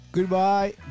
Goodbye